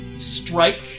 strike